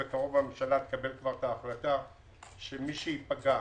והממשלה בקרוב תקבל את ההחלטה שמי שייפגע